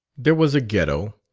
there was a ghetto,